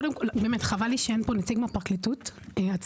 באמת חבל לי שאין פה נציג של הפרקליטות מהצבאית,